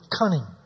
cunning